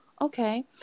Okay